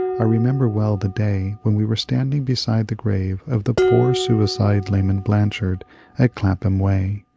i remember well the day when we were standing beside the gprave of the poor suicide laman blanchard at clapham way,